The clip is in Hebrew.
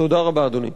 תודה רבה, אדוני.